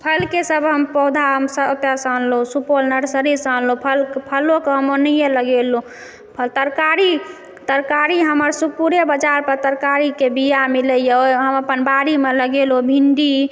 फलके सब हम पौधा हम सब ओतऽसँ अनलहुँ सुपौल नर्सरीसँ अनलहुँ फल फलोके हम ओनाहिये लगेलहुँ फल तरकारी तरकारी हमर सुपौले बजारपर तरकारीके बीया मिलइए ओ हम अपन बाड़ीमे लगेलहुँ भिण्डी